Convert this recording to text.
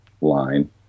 line